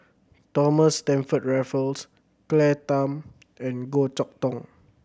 Thomas Stamford Raffles Claire Tham and Goh Chok Tong